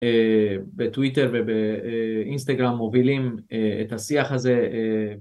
בטוויטר ובאינסטגרם מובילים את השיח הזה, אהה